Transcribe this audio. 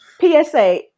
PSA